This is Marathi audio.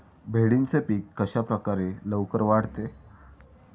भेंडीचे पीक कशाप्रकारे लवकर वाढते?